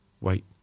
Wait